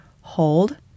Hold